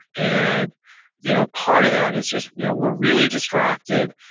and you know part of that is just you know we're really distracted.